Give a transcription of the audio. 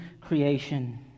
creation